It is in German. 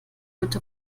bitte